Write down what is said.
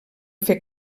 fer